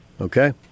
Okay